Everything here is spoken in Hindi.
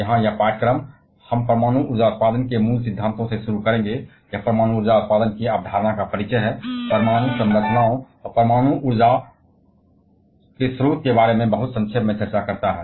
यहाँ यह पाठ्यक्रम हम परमाणु ऊर्जा उत्पादन के मूल सिद्धांतों से शुरू करेंगे यह परमाणु ऊर्जा उत्पादन की अवधारणा का परिचय है परमाणु संरचनाओं और परमाणु ऊर्जा के स्रोत के बारे में बहुत संक्षेप में चर्चा करता है